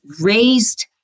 raised